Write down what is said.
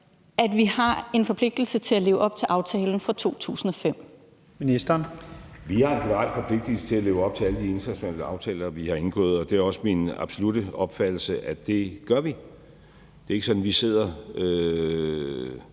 11:14 Udenrigsministeren (Lars Løkke Rasmussen): Vi har en generel forpligtigelse til at leve op til alle de internationale aftaler, vi har indgået, og det er også min absolutte opfattelse, at det gør vi. Det er ikke sådan, at vi sidder